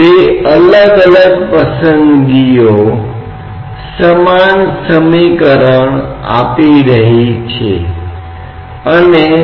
जैसा कि आप सभी जानते हैं कि बैरोमीटर का उपयोग वायुमंडलीय दबाव को मापने के लिए किया जा सकता है